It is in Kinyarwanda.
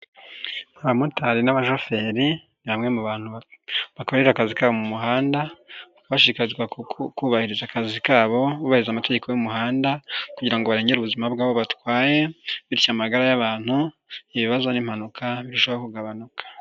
Abamotari n'abashoferi ni bamwe bamwe mu bantu bakorera akazi kabo mu muhanda bashishikazwa kubahiriza akazi kabo bubahiriza amategeko y'umuhanda kugira ngo berengere ubuzima bw'abo batwaye bityo amagara y'abantu ibibazo n'impanuka birushaho kugabanuka.